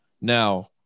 Now